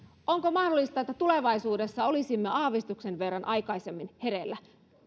onko mahdollista että tulevaisuudessa olisimme aavistuksen verran aikaisemmin hereillä